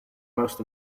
most